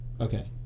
Okay